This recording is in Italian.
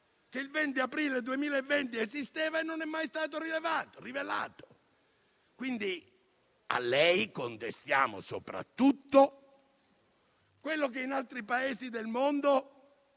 che il 20 aprile 2020 esisteva e non è mai stato rivelato. A lei, quindi, contestiamo soprattutto quello che in altri Paesi del mondo